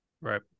Right